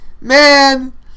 man